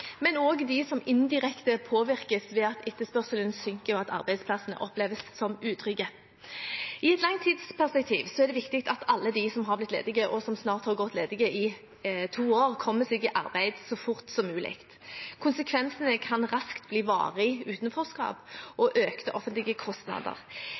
men også dem som indirekte påvirkes, ved at etterspørselen synker og arbeidsplassene oppleves som utrygge. I et langtidsperspektiv er det viktig at alle som har blitt ledige, og som snart har gått ledige i to år, kommer seg i arbeid så fort som mulig. Konsekvensene kan raskt bli varig utenforskap